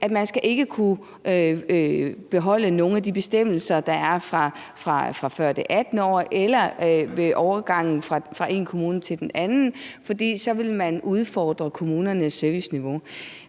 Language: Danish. at man ikke skal kunne beholde nogen af de bestemmelser, der er fra før det 18. år eller ved overgangen fra én kommune til en anden, fordi man så ville kunne udfordre kommunernes serviceniveau.